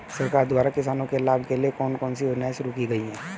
सरकार द्वारा किसानों के लाभ के लिए कौन सी योजनाएँ शुरू की गईं?